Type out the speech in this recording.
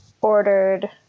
ordered